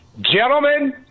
Gentlemen